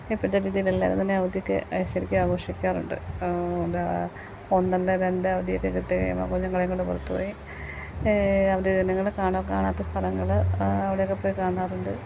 ഇപ്പോഴത്തെ രീതിയിലെല്ലാം അതു തന്നെയാണ് അവധിക്ക് ശരിക്ക് ആഘോഷിക്കാറുണ്ട് എന്താ ഒന്നല്ല രണ്ട് അവധിയൊക്കെ കിട്ടി കഴിയുമ്പോൾ കുഞ്ഞുങ്ങളെയും കൊണ്ട് പുറത്തു പോയി അവർ കുഞ്ഞുങ്ങൾ കാണാ കാണാത്ത സ്ഥലങ്ങൾ അവിടെയൊക്കെ പോയി കാണാറുണ്ട്